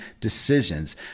decisions